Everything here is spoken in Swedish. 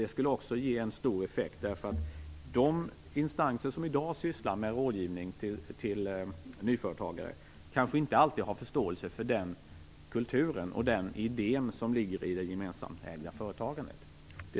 Det skulle också ge en stor effekt, eftersom de instanser som i dag sysslar med rådgivning till nyföretagare kanske inte alltid har förståelse för den kultur och den idé som ligger i det gemensamägda företagandet.